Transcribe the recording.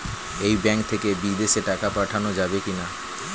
এই ব্যাঙ্ক থেকে বিদেশে টাকা পাঠানো যাবে কিনা?